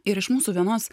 ir iš mūsų vienos